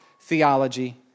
theology